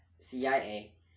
CIA